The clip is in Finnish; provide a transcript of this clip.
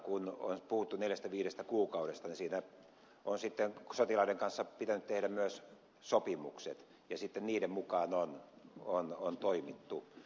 kun on puhuttu neljästä viidestä kuukaudesta niin siinä on sitten sotilaiden kanssa pitänyt tehdä myös sopimukset ja sitten niiden mukaan on toimittu